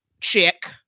chick